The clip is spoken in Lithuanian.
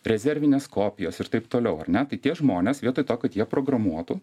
rezervinės kopijos ir taip toliau ar ne tai tie žmonės vietoj to kad jie programuotų